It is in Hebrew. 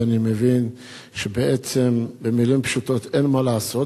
ואני מבין שבעצם במלים פשוטות אין מה לעשות.